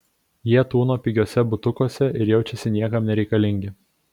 jie tūno pigiuose butukuose ir jaučiasi niekam nereikalingi